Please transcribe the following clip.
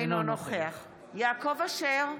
אינו נוכח יעקב אשר,